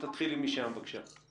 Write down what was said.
אז תתחילי משם, בבקשה.